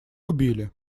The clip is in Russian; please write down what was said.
убили